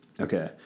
Okay